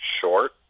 short